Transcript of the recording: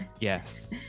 Yes